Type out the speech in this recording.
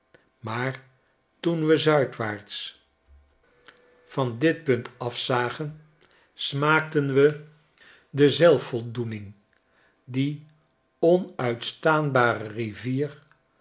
maar toen we zuidwaarts van dit punt afzagen smaakten we de zelfvoldoening die onuitstaanbare rivier